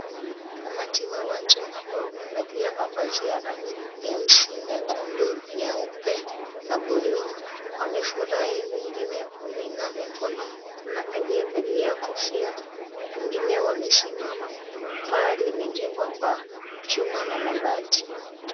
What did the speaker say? Umati wa watu ambao wamevalia mavazi ya rangi nyeusi, nyekundu, nyeupe na bluu wamefurahi wengine wameinua mikono. Kuna aliyevalia kofia, wengine wamesimama. Paa limejengwa kwa chuma na mabati.